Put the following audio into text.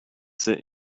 sit